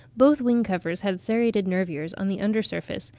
both wing-covers had serrated nervures on the under surface,